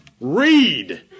Read